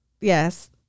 Yes